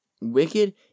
wicked